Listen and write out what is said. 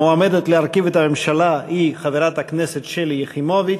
המועמדת להרכיב את הממשלה היא חברת הכנסת שלי יחימוביץ.